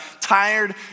tired